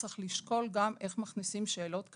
צריך לשקול גם איך מכניסים שאלות כאלה,